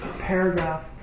paragraph